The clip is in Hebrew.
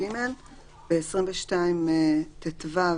בסעיף 22(טו).